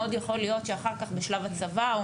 מאוד יכול להיות שאחר כך בשלב הצבא או